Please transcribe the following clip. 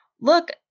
Look